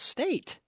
State